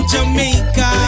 Jamaica